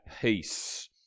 peace